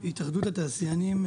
ואומר שהתאחדות התעשיינים,